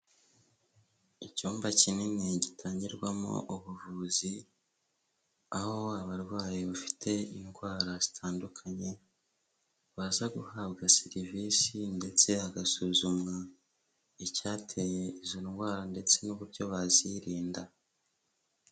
Icyumba kinini gitangirwamo ubuvuzi, aho abarwayi bafite indwara zitandukanye baza guhabwa serivisi ndetse hagasuzumwa icyateye izo ndwara ndetse n'uburyo bazirinda.